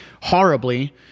horribly